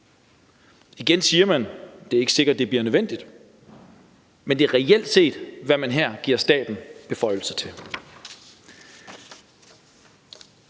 Igen siger man, at det ikke er sikkert, det bliver nødvendigt. Men det er reelt set, hvad man her giver staten beføjelser til.